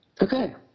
Okay